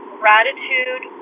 gratitude